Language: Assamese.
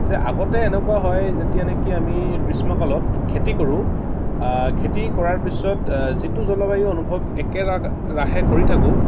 যে আগতে এনেকুৱা হয় যেতিয়া নেকি আমি গ্ৰীষ্মকালত খেতি কৰোঁ খেতি কৰাৰ পিছত যিটো জলবায়ু অনুভৱ একেৰাহে কৰি থাকোঁ